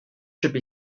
should